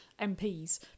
MPs